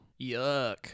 Yuck